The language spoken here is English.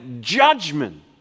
judgment